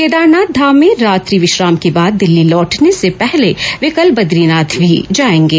केदार्नाथ धाम में रात्रि विश्राम के बाद दिल्ली लौटने से पहले वे कल बद्रीनाथ भी जाएंगे